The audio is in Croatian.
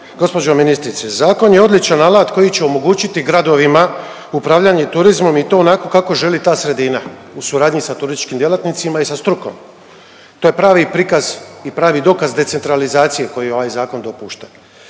Gospođo ministrice, zakon je odličan alat koji će omogućiti gradovima upravljanje turizmom i to onako kako želi ta sredina u suradnji sa turističkim djelatnicima i sa strukom. To je pravi prikaz i pravi dokaz decentralizacije koju ovaj zakon dopušta.